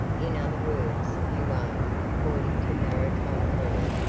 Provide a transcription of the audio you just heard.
in other words, you are, according to maritime law,